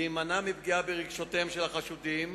להימנע מפגיעה ברגשותיהם של החשודים.